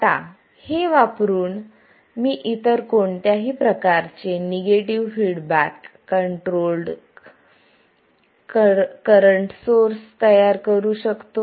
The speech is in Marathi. आता हे वापरून मी इतर कोणत्याही प्रकारचे negative feedback controlled current source तयार करू शकतो